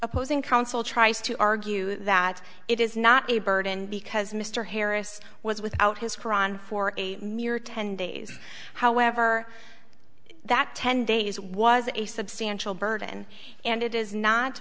opposing counsel tries to argue that it is not a burden because mr harris was without his qur'an for a mere ten days however that ten days was a substantial burden and it is not